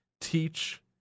teach